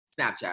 Snapchat